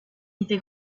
était